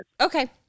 Okay